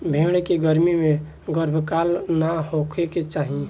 भेड़ के गर्मी में गर्भकाल ना होखे के चाही